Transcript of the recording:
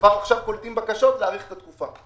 שכבר עכשיו קולטים בקשות להאריך את התקופה.